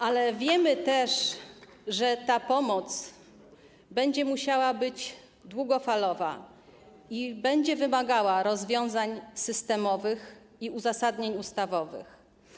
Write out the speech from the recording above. Ale wiemy też, że ta pomoc będzie musiała być długofalowa i będzie wymagała rozwiązań systemowych i uzasadnień ustawowych.